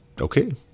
okay